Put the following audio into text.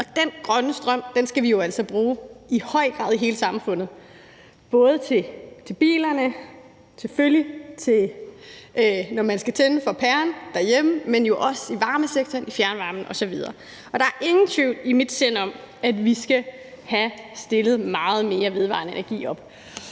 den grønne strøm skal vi jo altså bruge i høj grad i hele samfundet, både til bilerne, selvfølgelig, og når man skal tænde for pæren derhjemme, men jo også i varmesektoren, i fjernvarmen osv. Og der er ingen tvivl i mit sind om, at vi skal have stillet meget mere vedvarende energi op.